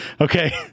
okay